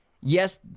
Yes